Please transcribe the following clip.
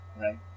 right